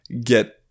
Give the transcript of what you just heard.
get